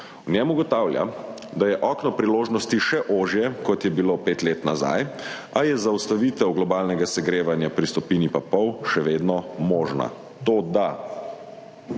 V njem ugotavlja, da je okno priložnosti še ožje, kot je bilo pet let nazaj, a je za ustavitev globalnega segrevanja pri stopinji in pol še vedno možna, toda